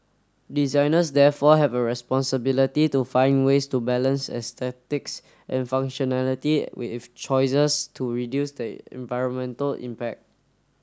designers therefore have a responsibility to find ways to balance aesthetics and functionality with choices to reduce the environmental impact